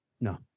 no